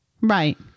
Right